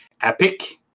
epic